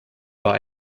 war